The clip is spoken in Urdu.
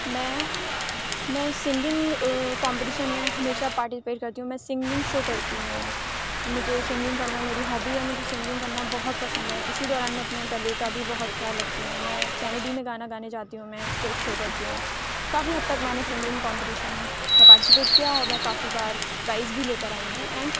میں میں سنگنگ کمپٹیشن میں ہمیشہ پارٹیپیٹ کرتی ہوں میں سنگنگ شو کرتی ہوں مجھے سنگنگ کرنا میری ہابی ہے مجھے سنگنگ کرنا بہت پسند ہے اِسی دوران میں اپنے گلے کا بھی بہت خیال رکھتی ہوں میں کینیڈی میں گانا گانے جاتی ہوں میں اسٹیج شو کرتی ہوں کافی حد تک میں نے سنگنگ کمپٹیشن میں پارٹیسپیٹ کیا اور میں کافی بار پرائز بھی لے کر آئی ہوں اینڈ